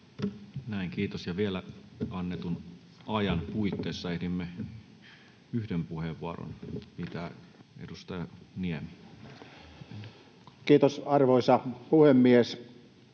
Näin, kiitos. — Ja vielä annetun ajan puitteissa ehdimme yhden puheenvuoron pitää. — Edustaja Niemi. [Speech